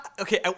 Okay